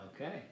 Okay